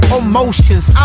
emotions